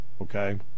okay